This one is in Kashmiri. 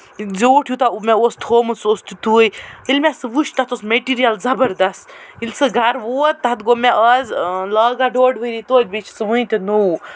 زوٗٹھ یوٗتاہ مےٚ اوس تھومُت سُہ اوس تِتھُے ییٚلہِ مےٚ سُہ وُچھ سُہ اوس مٮ۪ٹیٖریَل زَبردست ییٚلہِ سُہ گرٕ ووٚت تَتھ گۄٚو مےٚ آز لگان ڈوٚڑ ؤری بیٚیہِ چھُ سُہ ؤنۍ تہِ نٔے